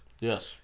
Yes